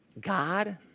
God